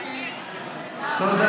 תודה